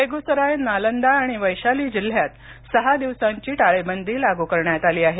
बेगुसराय नालंदा आणि वैशाली जिल्ह्यात सहा दिवसांची टाळेबंदी लागू करण्यात आली आहे